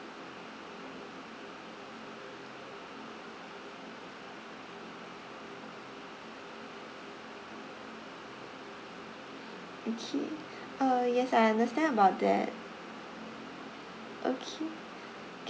okay uh yes I understand about that okay